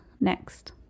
next